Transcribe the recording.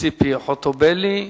ציפי חוטובלי.